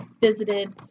visited